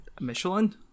Michelin